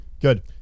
Good